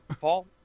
Paul